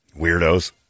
Weirdos